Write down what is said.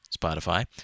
Spotify